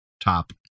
top